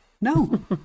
no